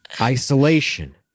Isolation